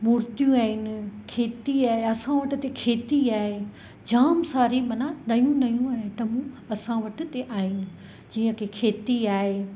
मूर्तियूं आहिनि खेती आहे असां वटि त हिते खेती आहे जामु सारी माना नयूं नयूं आइटमूं असां वटि हिते आहिनि जीअं की खेती आहे